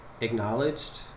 acknowledged